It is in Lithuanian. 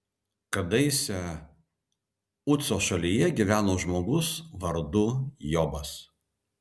kadaise uco šalyje gyveno žmogus vardu jobas